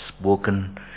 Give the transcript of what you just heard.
spoken